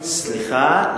סליחה,